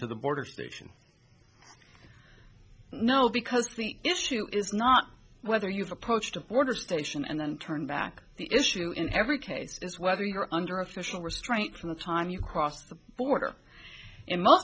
to the border station no because the issue is not whether you've approached a border station and then turned back the issue in every case is whether you're under official restraint from the time you cross the border in most